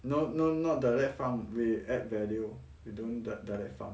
no no not direct farm we add value we don't di~ direct farm